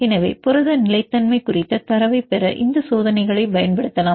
எனவே புரத நிலைத்தன்மை குறித்த தரவைப் பெற இந்த சோதனைகளைப் பயன்படுத்தலாம்